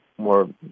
more